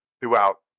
throughout